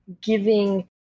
giving